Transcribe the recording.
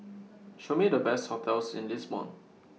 Show Me The Best hotels in Lisbon